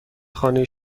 خانه